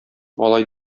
алай